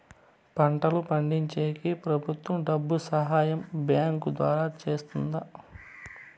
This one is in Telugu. పంటలు పండించేకి ప్రభుత్వం డబ్బు సహాయం బ్యాంకు ద్వారా చేస్తుందా?